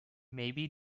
maybe